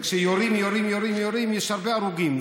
כשיורים יורים יורים יורים ויש הרבה הרוגים,